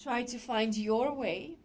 try to find your way